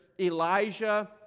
Elijah